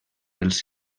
els